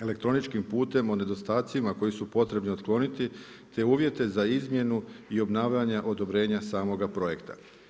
elektroničkim putem o nedostacima koju potrebni otkloniti te uvjete za izmjenu i obnavljanja odobrenja samoga projekta.